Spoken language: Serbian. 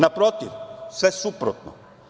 Naprotiv, sve suprotno.